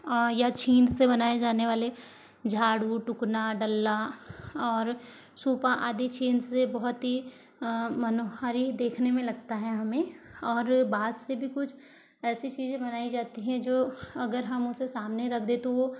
और यह छिंद से बनाए जाने वाले झाड़ू टुकना डल्ला और सोपा आदि छिंद से बहुत ही मनोहारी देखने में लगता है हमें और बांस से भी कुछ ऐसी चीज़ें बनाई जाती हैं जो अगर हम उसे सामने से रख दें तो वो